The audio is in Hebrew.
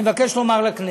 אני מבקש לומר לכנסת: